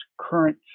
current